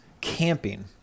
camping